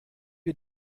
wir